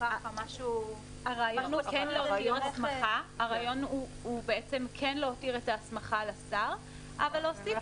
--- הרעיון הוא להותיר את ההסמכה לשר אבל להוסיף